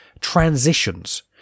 transitions